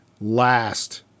last